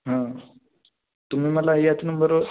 हां तुम्ही मला याचं नंबरवर